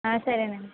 సరేనండి